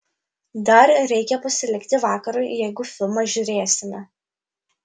dar reikia pasilikti vakarui jeigu filmą žiūrėsime